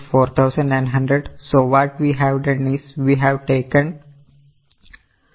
Now let us have a look now the closing stock is 4900